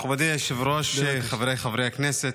מכובדי היושב-ראש, חבריי חברי הכנסת,